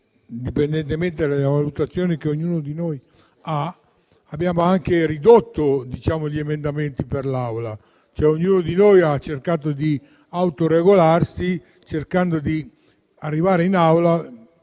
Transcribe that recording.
indipendentemente dalle valutazioni che ognuno di noi fa, abbiamo anche ridotto il numero degli emendamenti per l'Aula. Ognuno di noi ha cercato di autoregolarsi e di arrivare in Aula